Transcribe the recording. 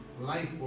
life